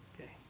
Okay